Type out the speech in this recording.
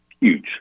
huge